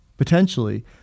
potentially